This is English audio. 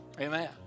Amen